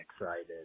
excited